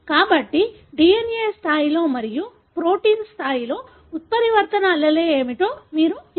కాబట్టి DNA స్థాయిలో మరియు ప్రోటీన్ స్థాయిలో ఉత్పరివర్తన allele ఏమిటో మీరు ఎలా సూచిస్తారు